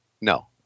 No